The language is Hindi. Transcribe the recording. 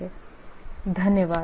Thank you धन्यवाद